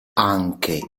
anche